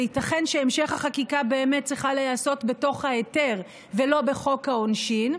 וייתכן שהמשך החקיקה צריך להיעשות בתוך ההיתר ולא בחוק העונשין,